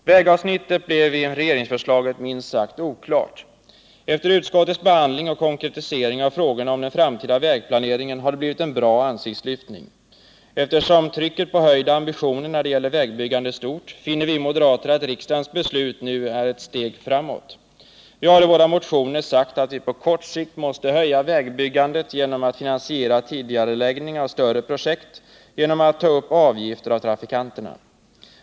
Vägavsnittet blev i regeringsförslaget minst sagt oklart. Efter utskottets behandling och konkretisering av frågorna om den framtida vägplaneringen har det blivit en bra ansiktslyftning. Eftersom trycket på en höjning av ambitionerna när det gäller vägbyggande är stort, finner vi moderater att riksdagens beslut nu är ett steg framåt. Vi har i våra motioner sagt att vi på kort sikt måste öka vägbyggandet genom att finansiera tidigareläggning av större projekt med avgifter från trafikanterna.